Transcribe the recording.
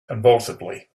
convulsively